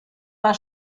war